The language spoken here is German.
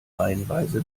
reihenweise